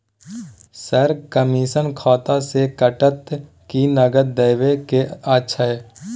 Sir, commission खाता से कटत कि नगद देबै के अएछ?